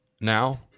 now